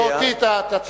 בזה אותי תטריח.